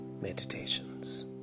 Meditations